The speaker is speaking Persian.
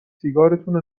سیگارتونو